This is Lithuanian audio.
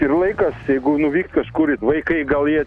ir laikas jeigu nuvykt kažkur vaikai gal jie